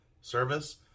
service